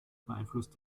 beeinflusst